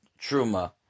Truma